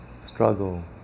struggle